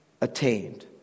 attained